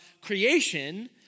creation